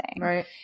Right